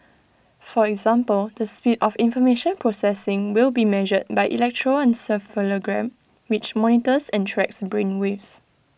for example the speed of information processing will be measured by electroencephalogram which monitors and tracks brain waves